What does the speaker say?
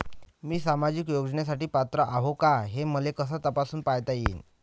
मी सामाजिक योजनेसाठी पात्र आहो का, हे मले कस तपासून पायता येईन?